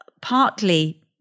partly